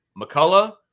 McCullough